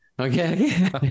Okay